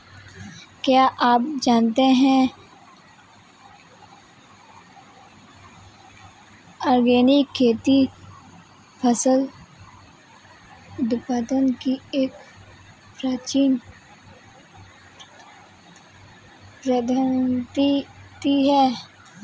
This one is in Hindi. क्या आप जानते है ऑर्गेनिक खेती फसल उत्पादन की एक प्राचीन पद्धति है?